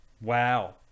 Wow